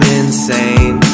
insane